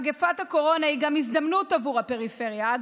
מגפת הקורונה היא גם הזדמנות עבור הפריפריה.